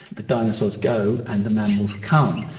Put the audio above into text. the dinosaurs go and the mammals come,